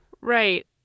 Right